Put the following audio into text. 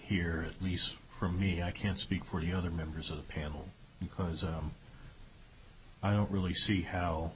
here at least for me i can't speak for your other members of the panel because i don't really see how